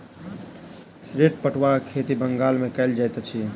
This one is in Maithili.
श्वेत पटुआक खेती बंगाल मे कयल जाइत अछि